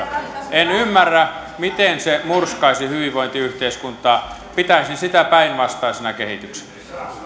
en ymmärrä miten se murskaisi hyvinvointiyhteiskuntaa pitäisin sitä päinvastaisena kehityksenä arvoisa puhemies